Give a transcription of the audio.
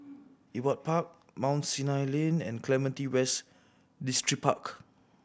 Ewart Park Mount Sinai Lane and Clementi West Distripark